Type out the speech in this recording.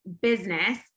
business